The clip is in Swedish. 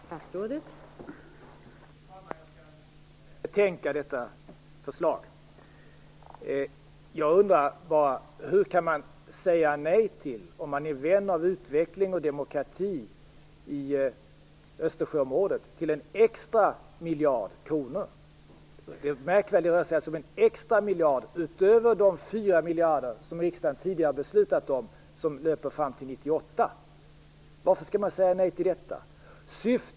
Fru talman! Jag skall betänka detta förslag. Jag undrar bara hur man kan säga nej till en extra miljard kronor, om man är vän av utveckling och demokrati i Östersjöområdet. Märk väl att det är en extra miljard utöver de fyra miljarder som riksdagen tidigare har beslutat om, som löper fram till 1998. Varför skall man säga nej till detta?